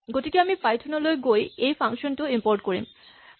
গতিকে আমি পাইথন লৈ গৈ এই ফাংচন টো ইমপৰ্ট কৰিছো